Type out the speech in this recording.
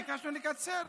אנחנו ביקשנו לקצר?